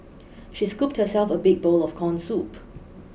she scooped herself a big bowl of corn soup